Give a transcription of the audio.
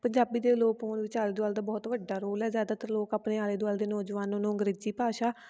ਪੰਜਾਬੀ ਦੇ ਅਲੋਪ ਹੋਣ ਵਿੱਚ ਆਲੇ ਦੁਆਲੇ ਦਾ ਬਹੁਤ ਵੱਡਾ ਰੋਲ ਹੈ ਜ਼ਿਆਦਾਤਰ ਲੋਕ ਆਪਣੇ ਆਲੇ ਦੁਆਲੇ ਦੇ ਨੌਜਵਾਨਾਂ ਨੂੰ ਅੰਗਰੇਜ਼ੀ ਭਾਸ਼ਾ